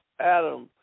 Adam